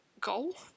goal